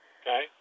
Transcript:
Okay